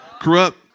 corrupt